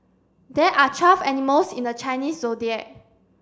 there are twelve animals in the Chinese Zodiac